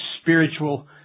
spiritual